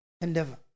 endeavor